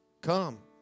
come